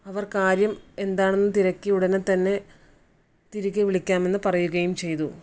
അവർ കാര്യം എന്താണെന്ന് തിരക്കി ഉടനെ തന്നെ തിരികെ വിളിക്കാം എന്ന് പറയുകയും ചെയ്തു